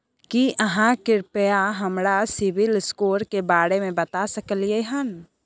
की आहाँ कृपया हमरा सिबिल स्कोर के बारे में बता सकलियै हन?